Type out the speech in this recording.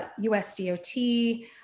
USDOT